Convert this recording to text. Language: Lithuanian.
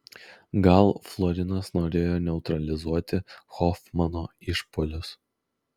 gal florinas norėjo neutralizuoti hofmano išpuolius